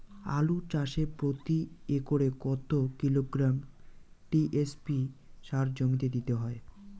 আলু চাষে প্রতি একরে কত কিলোগ্রাম টি.এস.পি সার জমিতে দিতে হয়?